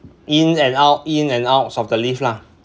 in and out in and out of the lift lah